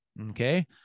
Okay